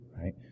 right